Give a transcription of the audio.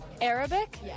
Arabic